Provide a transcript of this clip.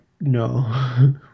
no